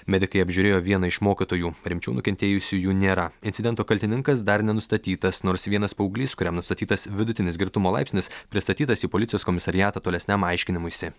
medikai apžiūrėjo vieną iš mokytojų rimčiau nukentėjusiųjų nėra incidento kaltininkas dar nenustatytas nors vienas paauglys kuriam nustatytas vidutinis girtumo laipsnis pristatytas į policijos komisariatą tolesniam aiškinimuisi